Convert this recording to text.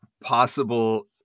possible